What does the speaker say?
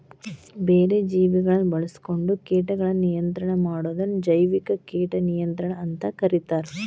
ಬ್ಯಾರೆ ಜೇವಿಗಳನ್ನ ಬಾಳ್ಸ್ಕೊಂಡು ಕೇಟಗಳನ್ನ ನಿಯಂತ್ರಣ ಮಾಡೋದನ್ನ ಜೈವಿಕ ಕೇಟ ನಿಯಂತ್ರಣ ಅಂತ ಕರೇತಾರ